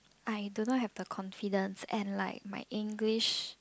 I do not have the confidence and like my English